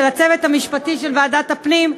ולצוות המשפטי של ועדת הפנים,